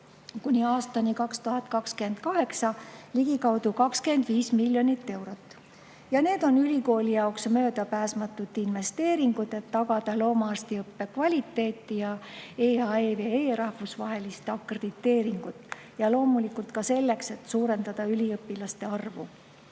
kuni aastani 2028 ligikaudu 25 miljonit eurot ja need on ülikooli jaoks möödapääsmatud investeeringud, et tagada loomaarstiõppe kvaliteeti ja EAEVE rahvusvahelist akrediteeringut, ja loomulikult ka selleks, et suurendada üliõpilaste arvu. Nii